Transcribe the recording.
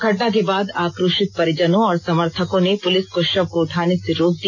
घटना के बाद आक्रोशित परिजनों और समर्थकों ने पुलिस को शव को उठाने से रोक दिया